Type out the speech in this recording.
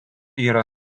yra